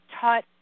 taught